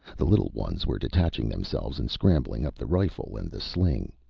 the little ones were detaching themselves and scrambling up the rifle and the sling.